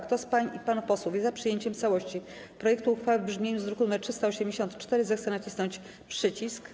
Kto z pań i panów posłów jest za przyjęciem w całości projektu uchwały w brzmieniu z druku nr 384, zechce nacisnąć przycisk.